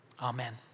Amen